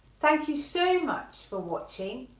thank you so much for watching,